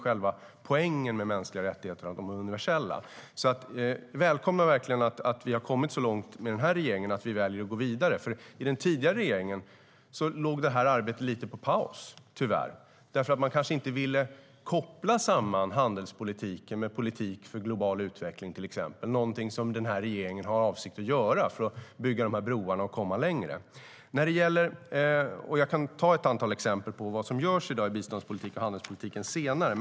Själva poängen med mänskliga rättigheter är ju att de är universella. Jag välkomnar att regeringen har kommit så långt i detta och väljer att gå vidare. Den tidigare regeringen tog tyvärr en paus i arbetet med detta. Kanske ville man inte koppla samman handelspolitik med politik för global utveckling. Men det är något som denna regering har för avsikt att göra för att bygga broar och komma längre. Jag kan ta några exempel på vad som görs i biståndspolitik och handelspolitik senare.